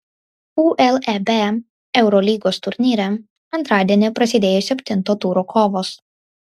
uleb eurolygos turnyre antradienį prasidėjo septinto turo kovos